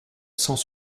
sans